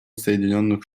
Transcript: соединенных